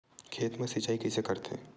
खेत मा सिंचाई कइसे करथे?